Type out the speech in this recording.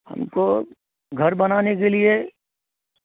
ہم کو گھر بنانے کے لیے